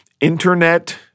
internet